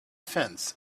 fence